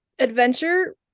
adventure